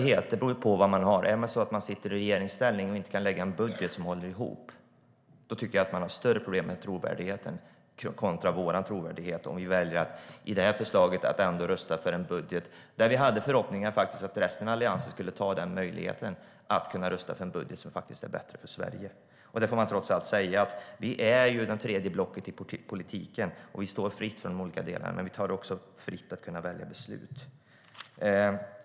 Herr talman! Sitter man i regeringsställning och inte kan lägga fram en budget som håller ihop tycker jag att man har större problem med trovärdigheten jämfört med vår trovärdighet om vi väljer att rösta för en budget som vi hade förhoppning om att resten av Alliansen skulle rösta för den budgeten som var bättre för Sverige. Vi är det tredje blocket i politiken. Vi står fria från olika delar, och vi väljer också fritt hur vi ska rösta om beslut.